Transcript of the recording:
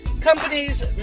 Companies